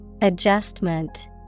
Adjustment